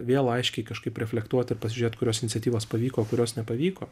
vėl aiškiai kažkaip reflektuot ir pasižiūrėt kurios iniciatyvos pavyko kurios nepavyko